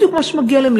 בדיוק מה שמגיע להן,